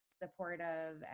supportive